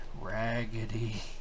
Raggedy